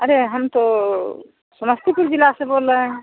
अरे हम तो समस्तीपुर जिला से बोल रहे हैं